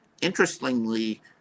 Interestingly